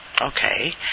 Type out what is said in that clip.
okay